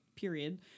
period